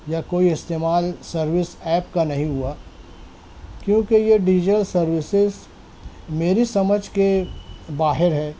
یا کوئی استعمال سرویس ایپ کا نہیں ہوا کیونکہ یہ ڈیجیل سرویسز میری سمجھ کے باہر ہیں